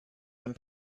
and